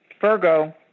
Virgo